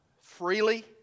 freely